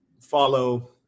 follow